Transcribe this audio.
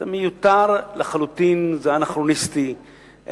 זה מיותר לחלוטין, זה אנכרוניסטי.